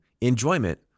enjoyment